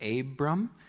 Abram